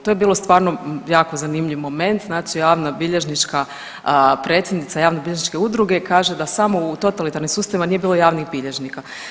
To je bilo stvarno jako zanimljiv moment, znači javnobilježnička predsjednica javnobilježničke udruge, kaže da samo u totalitarnim sustavima nije bilo javnih bilježnika.